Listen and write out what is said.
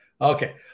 Okay